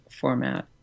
format